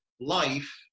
life